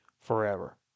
forever